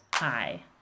Hi